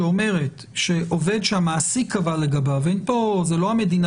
שאומרת ש"עובד שהמעסיק קבע לגביו זאת לא המדינה